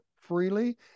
Freely